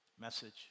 message